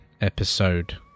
episode